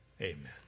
Amen